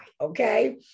Okay